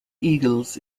eagles